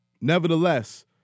nevertheless